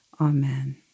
Amen